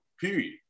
Period